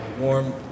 warm